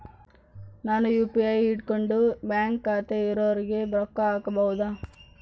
ನಾನು ಯು.ಪಿ.ಐ ಇಟ್ಕೊಂಡು ಬ್ಯಾಂಕ್ ಖಾತೆ ಇರೊರಿಗೆ ರೊಕ್ಕ ಹಾಕಬಹುದಾ?